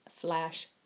Flash